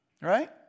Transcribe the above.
Right